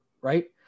right